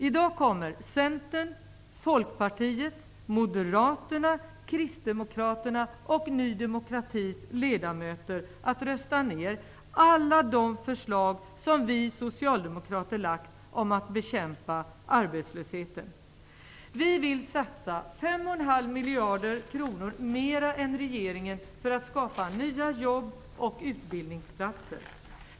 I dag kommer Centerns, Folkpartiets, Moderaternas, Kristdemokraternas och Ny demokratis ledamöter att rösta ner alla de förslag som vi socialdemokrater lagt fram och som handlar om att bekämpa arbetslösheten. Vi vill satsa 5,5 miljarder kronor mer än regeringen för att skapa nya jobb och utbildningsplatser.